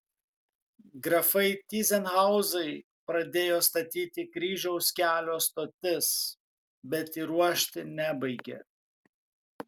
grafai tyzenhauzai pradėjo statyti kryžiaus kelio stotis bet įruošti nebaigė